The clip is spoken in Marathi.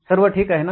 सर्व ठीक आहे ना